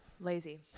Lazy